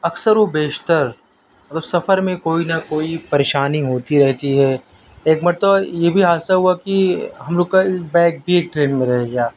اکثر و بیشتر اگر سفر میں کوئی نہ کوئی پریشانی ہوتی رہتی ہے ایک مرتبہ یہ بھی حادثہ ہوا کہ ہم لوگ کا بیگ بھی ایک ٹرین میں رہ گیا